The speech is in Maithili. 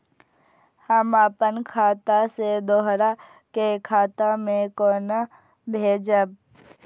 हम आपन खाता से दोहरा के खाता में केना भेजब?